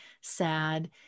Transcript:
sad